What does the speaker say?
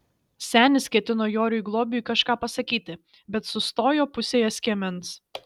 senis ketino joriui globiui kažką pasakyti bet sustojo pusėje skiemens